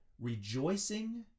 rejoicing